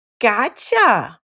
Gotcha